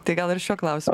tai gal ir šiuo klausimu